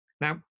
Now